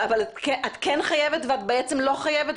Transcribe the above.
אבל את כן חייבת ואת בעצם לא חייבת,